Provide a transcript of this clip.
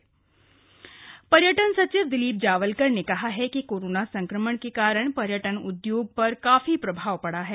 पर्यटन सचिव पर्यटन सचिव दिलीप जावलकर ने कहा है कि कोरोना संक्रमण के कारण पर्यटन उद्योग पर काफी प्रभाव पड़ा है